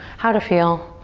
how to feel,